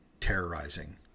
terrorizing